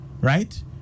right